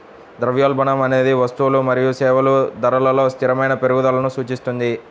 ద్రవ్యోల్బణం అనేది వస్తువులు మరియు సేవల ధరలలో స్థిరమైన పెరుగుదలను సూచిస్తుంది